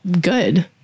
good